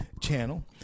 channel